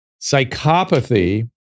psychopathy